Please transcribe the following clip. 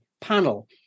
panel